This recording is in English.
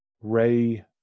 Ray